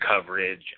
coverage